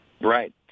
Right